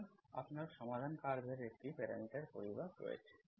সুতরাং আপনার সমাধান কার্ভ এর একটি প্যারামিটার পরিবার রয়েছে